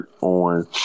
on